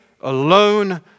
alone